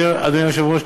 אדוני היושב-ראש,